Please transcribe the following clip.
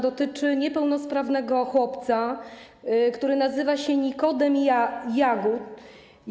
Dotyczy niepełnosprawnego chłopca, który nazywa się Nikodem Łagód.